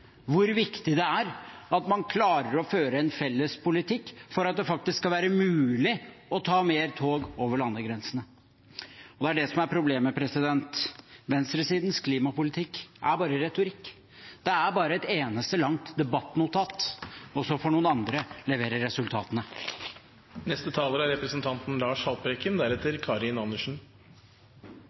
hvor viktig det er at man klarer å føre en felles politikk for at det faktisk skal være mulig å ta mer tog over landegrensene? Det er det som er problemet: Venstresidens klimapolitikk er bare retorikk, det er bare et eneste langt debattnotat. Og så får noen andre levere